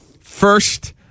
First